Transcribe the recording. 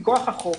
מכוח החוק,